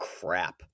crap